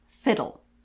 fiddle